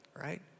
right